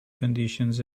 conditions